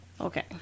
Okay